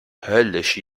höllisch